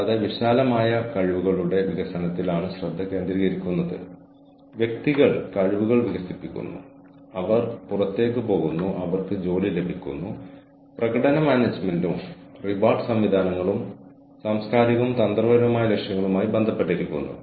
കൂടാതെ നിങ്ങൾ അത് വിജയകരമായി പൂർത്തിയാക്കിയാൽ നിങ്ങൾക്ക് ഔപചാരികമായ ബിരുദം നേടാനാകും അത് ആരെങ്കിലും അംഗീകരിക്കുന്നു